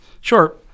Sure